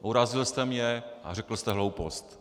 Urazil jste mě a řekl jste hloupost.